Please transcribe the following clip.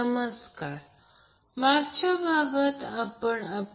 समजा हे उदाहरण आहे